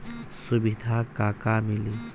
सुविधा का का मिली?